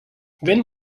wenn